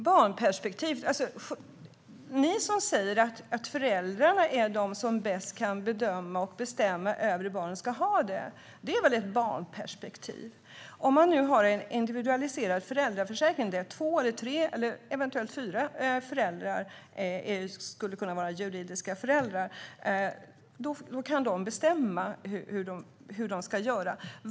Herr talman! Ni säger att föräldrarna är de som bäst kan bedöma och bestämma över hur barnen ska ha det, Tina Ghasemi. Det är väl ett barnperspektiv? Om man nu har en individualiserad föräldraförsäkring, där två, tre eller eventuellt fyra personer skulle kunna vara juridiska föräldrar, då kan de bestämma hur de ska göra.